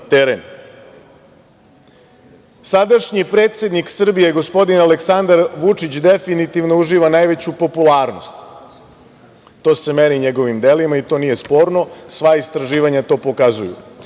teren. Sadašnji predsednik Srbije, gospodin Aleksandar Vučić definitivno uživa najveću popularnost. To se meri njegovim delima i to nije sporno. Sva istraživanja to pokazuju.